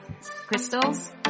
crystals